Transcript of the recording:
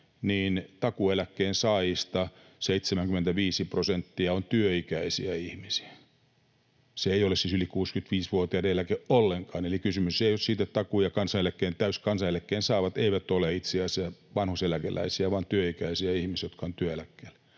takuueläkkeen saajista 75 prosenttia on työikäisiä ihmisiä. Se ei ole siis yli 65-vuotiaiden eläke ollenkaan, eli kysymys ei ole siitä. Takuu- ja täyskansaneläkkeen saajat eivät ole itse asiassa vanhuuseläkeläisiä vaan nimenomaan työikäisiä ihmisiä, eivätkä ole